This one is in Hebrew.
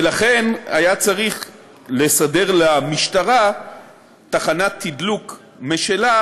ולכן היה צריך לסדר למשטרה תחנת תדלוק משלה